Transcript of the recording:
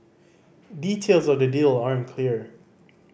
details of the deal aren't clear